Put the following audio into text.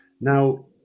Now